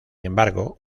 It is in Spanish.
embargo